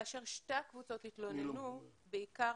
שתי הקבוצות התלוננו בעיקר